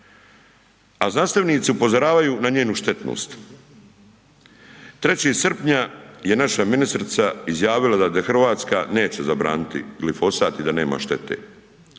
A znanstvenici upozoravaju na njenu štetnost. 3. srpnja je naša ministrica izjavila da Hrvatska neće zabraniti glifosat i da nema štete.